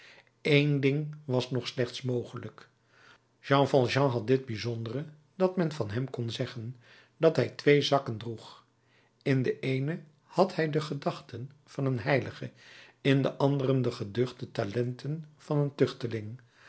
één ding was nog slechts mogelijk jean valjean had dit bijzondere dat men van hem kon zeggen dat hij twee zakken droeg in den eenen had hij de gedachten van een heilige in den anderen de geduchte talenten van een tuchteling